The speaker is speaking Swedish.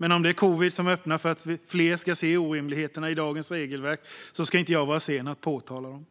Men om det är covid som öppnar för att fler ska se orimligheterna i dagens regelverk ska inte jag vara sen att påtala dem.